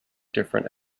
different